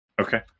Okay